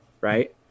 right